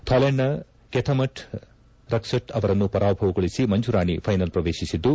Thailand ನ ಕ್ಕುಥಮಟ್ ರಕ್ಸಟ್ ಅವರನ್ನು ಪರಾಭವಗೊಳಿಸಿ ಮಂಜುರಾಣಿ ಫೈನಲ್ ಪ್ರವೇಶಿಸಿದ್ದು